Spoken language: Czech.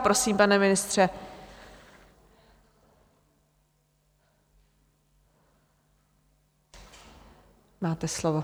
Prosím, pane ministře, máte slovo.